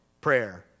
Prayer